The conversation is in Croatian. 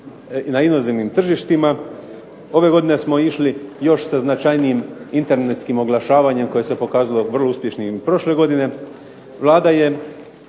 na inozemnim tržištima. Ove godine smo išli još sa značajnijim internetskim oglašavanjem koje se pokazalo vrlo uspješnim i prošle godine. Vlada je